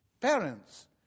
parents